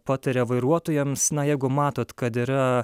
pataria vairuotojams na jeigu matot kad yra